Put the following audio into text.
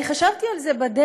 אני חשבתי על זה בדרך.